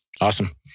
Awesome